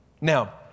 Now